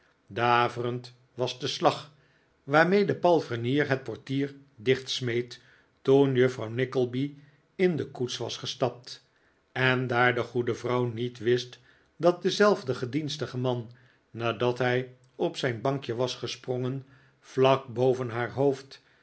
daverend was de slag waarmee de palfrenier het portier dicht smeet toen juffrouw nickleby in de koets was gestapt en daar de goede vrouw niet wist dat dezelfde gedienstige man nadat hij op zijn bankje was gesprongen vlak boven haar hoofd